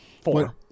Four